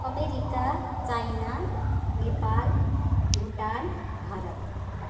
America China Nepal Bhutan Bharat